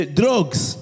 drugs